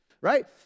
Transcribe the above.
Right